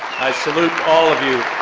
i salute all of you,